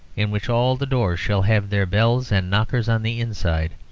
in which all the doors shall have their bells and knockers on the inside,